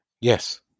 Yes